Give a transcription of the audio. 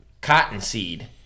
cottonseed